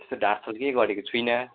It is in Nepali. त्यस्तो ढाँट छल केही गरेको छुइनँ